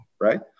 right